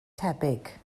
tebyg